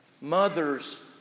Mothers